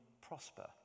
prosper